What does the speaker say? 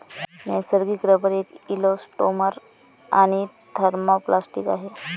नैसर्गिक रबर एक इलॅस्टोमर आणि थर्मोप्लास्टिक आहे